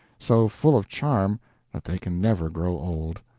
so full of charm that they can never grow old.